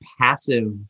passive